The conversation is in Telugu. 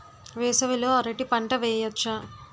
వేసవి లో అరటి పంట వెయ్యొచ్చా?